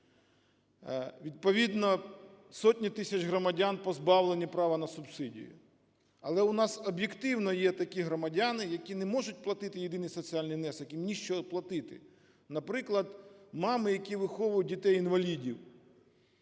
Відповідно сотні тисяч громадян позбавлені права на субсидію. Але у нас об'єктивно є такі громадяни, які не можуть платити єдиний соціальний внесок, їм ні з чого платити. Наприклад, мами, які виховують дітей-інвалідів.